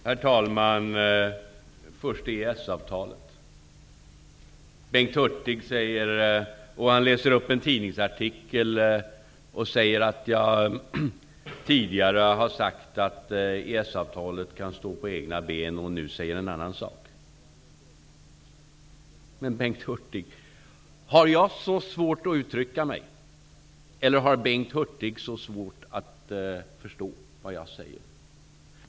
Herr talman! Bengt Hurtig läser ur en tidningsartikel och säger att jag tidigare har sagt att EES-avtalet kan stå på egna ben och att jag nu säger en annan sak. Har jag så svårt att uttrycka mig, eller har Bengt Hurtig så svårt att förstå vad jag säger?